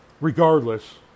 regardless